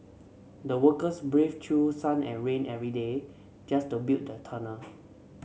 the workers braved through sun and rain every day just to build the tunnel